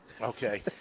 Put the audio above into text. Okay